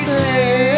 say